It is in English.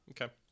Okay